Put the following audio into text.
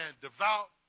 devout